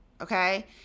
okay